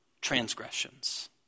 transgressions